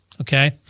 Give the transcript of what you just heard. Okay